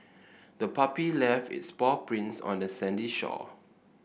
the puppy left its paw prints on the sandy shore